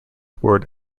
ward